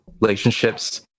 relationships